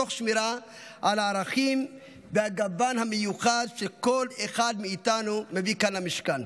תוך שמירה על הערכים והגוון המיוחד שכל אחד מאיתנו מביא כאן למשכן.